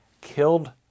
killed